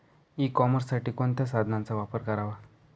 E कॉमर्ससाठी कोणत्या साधनांचा वापर करावा?